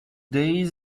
days